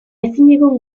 ezinegon